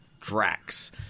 drax